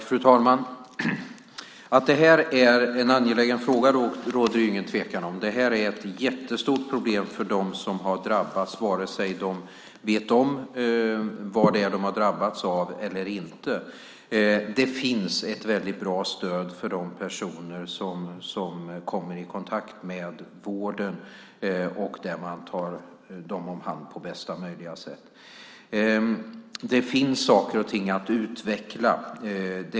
Fru talman! Att det här är en angelägen fråga råder det ingen tvekan om. Det här är ett jättestort problem för dem som har drabbats, vare sig de vet om vad de har drabbats av eller inte. Det finns ett väldigt bra stöd för de personer som kommer i kontakt med vården, där man tar hand om dem på bästa möjliga sätt. Det finns fortfarande saker och ting att utveckla.